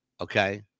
Okay